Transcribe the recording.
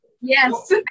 yes